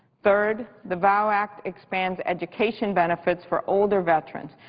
third, the vow act expands education benefits for older veterans,